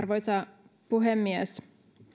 arvoisa puhemies